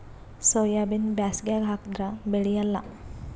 ಸೋಯಾಬಿನ ಬ್ಯಾಸಗ್ಯಾಗ ಹಾಕದರ ಬೆಳಿಯಲ್ಲಾ?